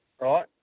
right